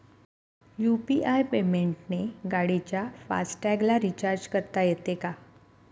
UPI पेमेंटने गाडीच्या fast टॅगला रिर्चाज करता येते का?